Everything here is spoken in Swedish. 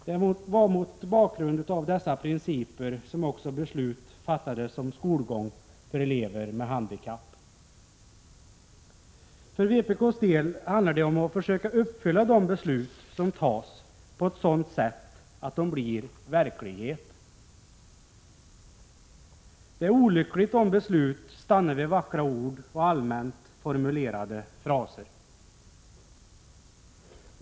Det var mot bakgrund av dessa principer som också beslut fattades om skolgång för elever med handikapp. För vpk:s del handlar det om att försöka förverkliga de beslut som tas. Det är olyckligt om beslut stannar vid vackra ord och allmänt formulerade fraser.